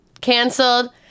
canceled